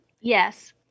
Yes